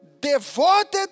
devoted